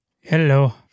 Hello